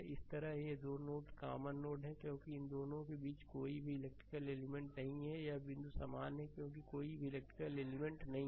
इसी तरह ये 2 नोड्स कॉमन नोड हैं क्योंकि इन दोनों के बीच में कोई भी इलेक्ट्रिकल एलिमेंट नहीं है और यह बिंदु समान है क्योंकि कोई भी इलेक्ट्रिकल एलिमेंट नहीं है